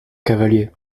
cavalier